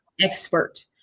Expert